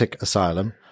asylum